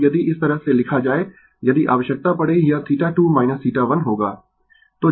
तब यदि इस तरह से लिखा जाए यदि आवश्यकता पड़ें यह 2 1 होगा